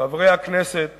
חברי הכנסת